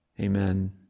Amen